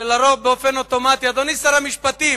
שבאופן אוטומטי, אדוני שר המשפטים,